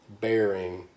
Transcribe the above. bearing